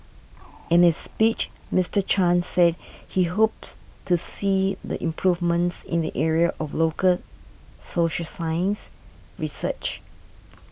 in his speech Mister Chan said he hopes to see the improvements in the area of local social science research